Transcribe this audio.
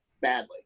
badly